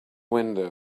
window